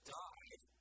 died